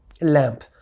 lamp